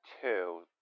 two